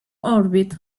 orbit